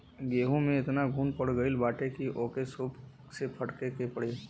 गेंहू में एतना घुन पड़ गईल बाटे की ओके सूप से फटके के पड़ी